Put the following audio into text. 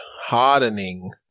Hardening